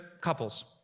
couples